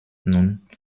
nun